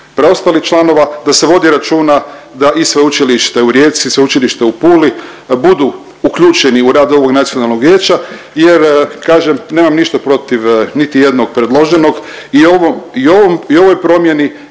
preostalih članova, da se vodi računa da i Sveučilište u Rijeci i Sveučilište u Puli budu uključeni u rad ovog nacionalnog vijeća jer kažem, nemam ništa protiv niti jednog predloženog i ovoj promjeni